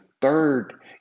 third